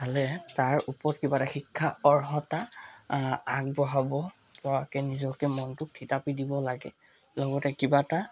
চালে তাৰ ওপৰত কিবা এটা শিক্ষা অৰ্হতা আগবঢ়াব পৰাকৈ নিজকে মনটোক থিতাপি দিব লাগে লগতে কিবা এটা